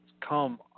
come